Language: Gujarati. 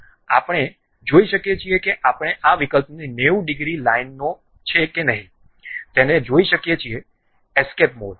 આપણે જોઈ શકીએ છીએ કે આપણે આ વિકલ્પને 90 ડિગ્રી લાઇનનો છે કે નહીં તેને જોઈ શકીએ છીએ એસ્કેપ મોડ